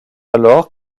alors